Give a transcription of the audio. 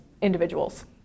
individuals